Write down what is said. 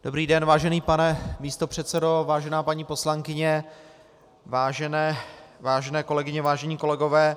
Dobrý den, vážený pane místopředsedo, vážená paní poslankyně, vážené kolegyně, vážení kolegové.